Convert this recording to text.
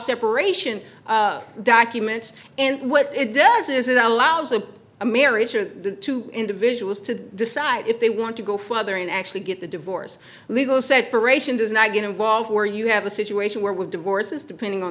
separation documents and what it does is it allows an american or the two individuals to decide if they want to go further and actually get the divorce legal separation does not get involved where you have a situation where with divorce is depending on